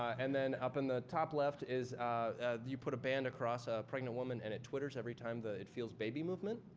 and then, up in the top left is you put a band across a pregnant woman and it twitters every time it feels baby movement.